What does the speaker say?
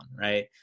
Right